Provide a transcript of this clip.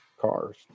cars